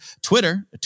Twitter